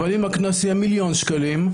אבל אם הקנס יהיה מיליון שקלים,